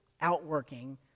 outworking